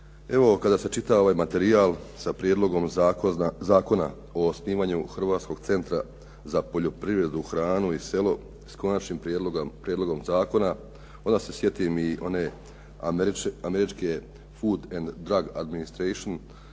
kada se čita ovaj materijal sa Prijedlogom Zakona o osnivanju Hrvatskog centra za poljoprivredu, hranu i selo s Konačnim prijedlogom zakona, onda se sjetim i one američke food and drug administration,